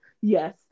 yes